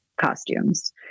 costumes